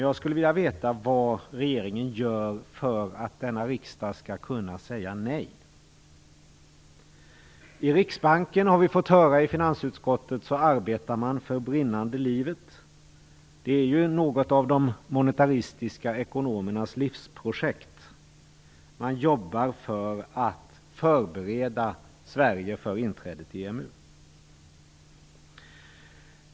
Jag skulle vilja veta vad regeringen gör för att riksdagen skall kunna säga nej. I riksbanken arbetar man för brinnande livet, har vi fått höra i finansutskottet. Det är ju något av de monetäristiska ekonomernas livsprojekt. Man jobbar för att förbereda Sverige för inträdet i EMU.